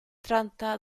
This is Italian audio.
tratta